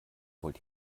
wollt